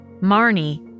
Marnie